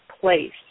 place